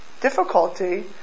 difficulty